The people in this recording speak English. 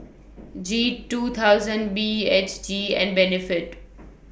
G two thousand B H G and Benefit